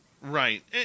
Right